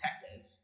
detective